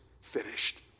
finished